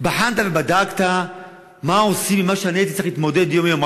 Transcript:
בחנת ובדקת מה עושים עם מה שאני הייתי צריך להתמודד יום-יום.